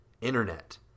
Internet